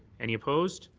any opposed?